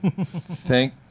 Thank